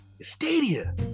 Stadia